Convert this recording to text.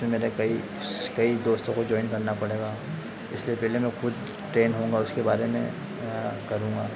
इसमें मेरे कई कई दोस्तों को ज्वाइन करना पड़ेगा इसलिए पहले मैं खुद ट्रेन्ड होऊँगा उसके बारे में करूँगा